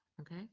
okay